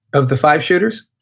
of the five-shooters,